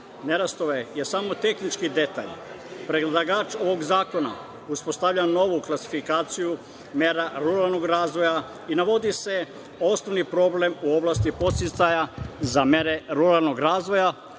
nerastove je samo tehnički detalj. Predlagač ovog zakona uspostavlja novu klasifikaciju mera ruralnog razvoja i navodi se osnovni problem u oblasti podsticaja za mere ruralnog razvoja